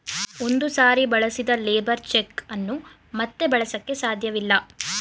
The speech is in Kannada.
ಒಂದು ಸಾರಿ ಬಳಸಿದ ಲೇಬರ್ ಚೆಕ್ ಅನ್ನು ಮತ್ತೆ ಬಳಸಕೆ ಸಾಧ್ಯವಿಲ್ಲ